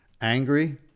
angry